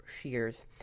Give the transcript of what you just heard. shears